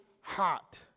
hot